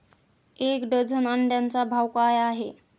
एक डझन अंड्यांचा भाव काय आहे?